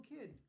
kid